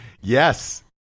Yes